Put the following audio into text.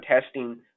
testing